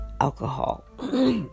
alcohol